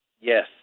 Yes